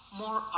more